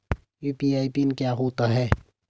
UPI pin क्या होता है?